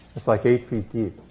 it's, like, eight feet deep.